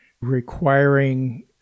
requiring